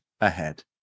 ahead